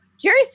Jerry